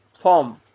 form